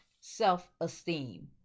self-esteem